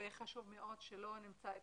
וחשוב מאוד שלא נמצא את